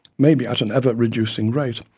maybe at an ever-reducing rate,